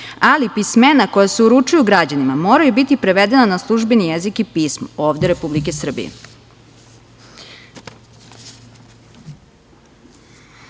ali pismena koja se uručuju građanima moraju biti prevedena na službeni jezik i pismo, ovde Republike Srbije.